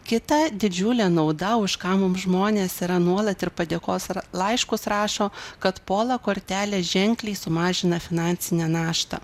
kita didžiulė nauda už ką mums žmonės yra nuolat ir padėkos r laiškus rašo kad pola kortelė ženkliai sumažina finansinę naštą